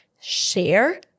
share